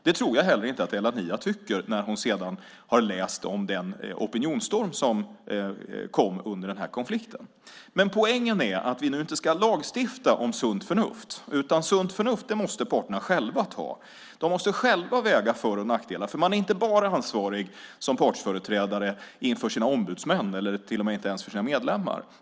Det tror jag heller inte att Ella Niia tycker när hon har läst om den opinionsstorm som blev under konflikten. Poängen är att vi nu inte ska lagstifta om sunt förnuft, utan sunt förnuft måste parterna själva ta. De måste själva väga för och nackdelar, för man är inte bara ansvarig som partsföreträdare inför sina ombudsmän eller inte ens för sina medlemmar.